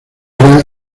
era